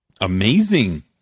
amazing